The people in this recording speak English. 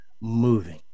moving